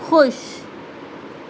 خوش